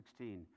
16